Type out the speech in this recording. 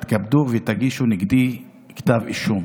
תתכבדו ותגישו נגדי כתב אישום,